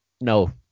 no